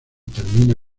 termina